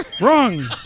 Wrong